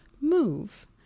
Move